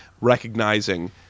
recognizing